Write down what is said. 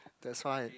that's why